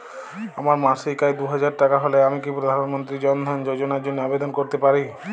আমার মাসিক আয় দুহাজার টাকা হলে আমি কি প্রধান মন্ত্রী জন ধন যোজনার জন্য আবেদন করতে পারি?